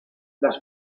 las